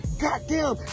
goddamn